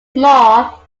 small